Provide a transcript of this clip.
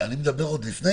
עוד לפני